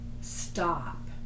Stop